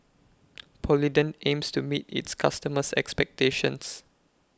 Polident aims to meet its customers' expectations